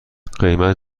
قیمت